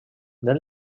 del